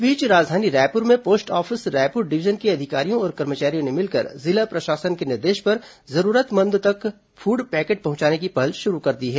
इस बीच राजधानी रायपुर में पोस्ट ऑफिस रायपुर डिवीजन के अधिकारियों और कर्मचारियों ने मिलकर जिला प्रशासन के दिशा निर्देश पर जरूरतमंदों तक फूड पैकेट पहुंचाने की पहल शुरू कर दी है